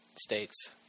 states